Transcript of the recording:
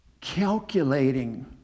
calculating